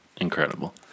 incredible